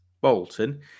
Bolton